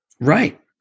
Right